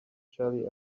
shelly